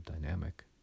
dynamic